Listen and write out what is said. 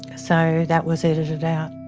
so that was edited out.